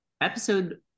episode